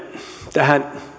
tähän